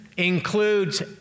includes